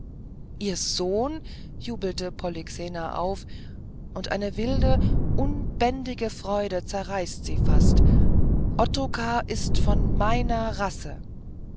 ihr sohn jubelte polyxena auf und eine wilde unbändige freude zerreißt sie fast ottokar ist von meiner rasse